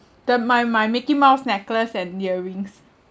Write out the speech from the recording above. the my my mickey mouse necklace and earrings